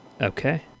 Okay